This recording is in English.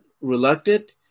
reluctant